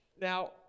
Now